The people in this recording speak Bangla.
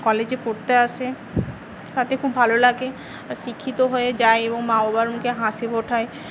কলেজে পড়তে আসে তাতে খুব ভালো লাগে শিক্ষিত হয়ে যায় এবং মা বাবার মুখে হাসি ফোটায়